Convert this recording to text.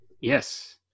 Yes